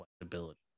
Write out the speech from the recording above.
flexibility